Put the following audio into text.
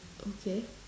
okay